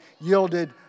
yielded